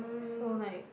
so like